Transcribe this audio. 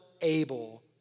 able